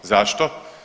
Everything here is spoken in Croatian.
Zašto?